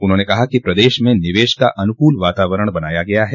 उन्होंने कहा कि प्रदेश में निवेश का अनुकूल वातावरण बनाया गया है